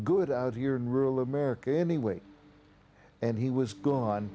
good out here in rural america anyway and he was gone